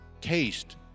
taste